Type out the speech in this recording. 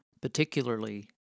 particularly